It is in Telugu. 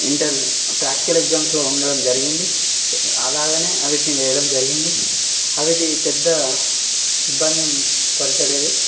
ఇంటర్ ప్రాక్టికల్ ఎగ్జామ్స్లో ఉండడం జరిగింది సో అలాగని వీటిని వేయడం జరిగింది అవిటి పెద్ద ఇబ్బంది ఏం పరచలేదు